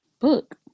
Book